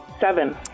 Seven